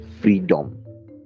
freedom